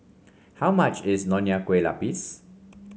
how much is Nonya Kueh Lapis